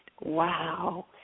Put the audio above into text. Wow